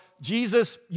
Jesus